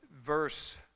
verse